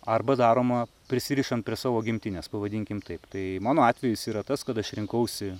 arba daroma prisirišant prie savo gimtinės pavadinkim taip tai mano atvejis yra tas kad aš rinkausi